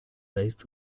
based